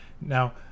now